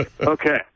Okay